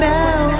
now